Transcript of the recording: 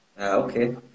Okay